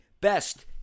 best